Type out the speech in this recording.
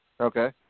Okay